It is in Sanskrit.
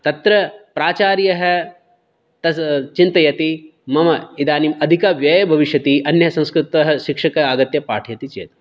तत्र प्राचार्यः तद् चिन्तयति मम इदानीम् अधिकः व्ययः भविष्यति अन्यसंस्कृतशिक्षकः आगत्य पाठयति चेत्